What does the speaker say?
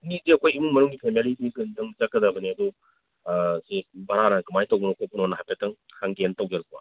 ꯃꯤꯗꯤ ꯑꯩꯈꯣꯏ ꯏꯃꯨꯡ ꯃꯅꯨꯡꯒꯤ ꯐꯦꯃꯤꯂꯤꯅꯤꯗꯪ ꯆꯠꯀꯗꯕꯅꯦ ꯑꯗꯨ ꯁꯦ ꯚꯔꯥꯅ ꯀꯃꯥꯏ ꯇꯧꯕꯅꯣ ꯈꯣꯠꯄꯅꯣꯅ ꯍꯥꯏꯐꯦꯠꯇꯪ ꯍꯪꯒꯦꯅ ꯇꯧꯖꯔꯛꯄ